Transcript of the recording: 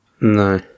No